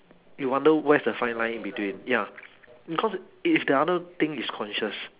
you wonder where's the fine line in between ya because if the other thing is conscious